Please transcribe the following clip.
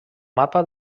mapa